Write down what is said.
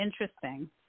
interesting